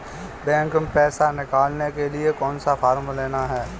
Bank में पैसा निकालने के लिए कौन सा फॉर्म लेना है?